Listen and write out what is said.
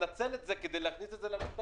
הוא מנצל את זה כדי להכניס את זה למובטלים.